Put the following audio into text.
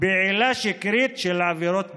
בעילה שקרית של עבירות בנייה.